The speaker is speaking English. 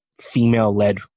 female-led